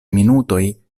minutoj